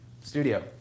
studio